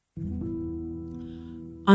On